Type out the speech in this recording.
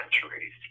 centuries